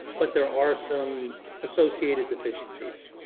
but there are some associated deficiencies.